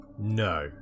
No